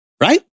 Right